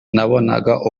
nabonaga